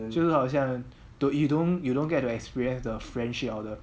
就是好像 don't you don't you don't get to experience the friendship or the